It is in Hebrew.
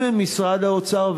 אם משרד האוצר,